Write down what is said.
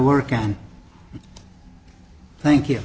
work on thank you